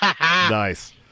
Nice